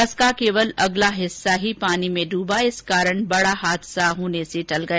बस का केवल अगला हिस्सा ही पानी डूबा इस कारण बड़ा हादसा होने से टल गया